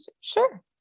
Sure